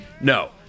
No